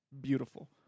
beautiful